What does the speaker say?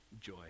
joy